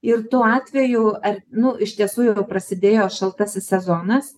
ir tų atvejų ar nu iš tiesų jau prasidėjo šaltasis sezonas